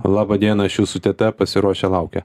laba diena aš jūsų teta pasiruošia laukia